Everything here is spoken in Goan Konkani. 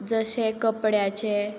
जशे कपड्याचें